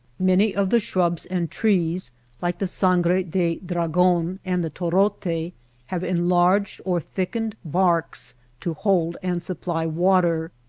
many of the shrubs and trees like the sangre de dragon and the torote have enlarged or thickened barks to hold and supply water.